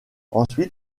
ensuite